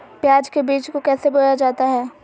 प्याज के बीज को कैसे बोया जाता है?